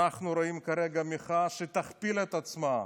אנחנו רואים כרגע מחאה שתכפיל את עצמה,